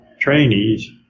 trainees